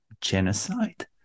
genocide